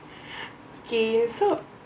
okay so